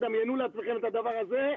דמיינו לעצמכם את הדבר הזה.